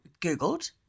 Googled